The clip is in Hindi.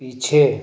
पीछे